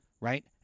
right